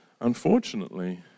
unfortunately